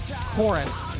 chorus